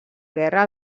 guerra